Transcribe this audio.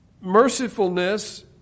mercifulness